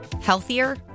Healthier